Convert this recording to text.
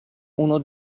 uno